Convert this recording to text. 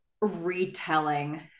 retelling